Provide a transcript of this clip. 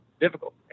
difficult